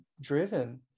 driven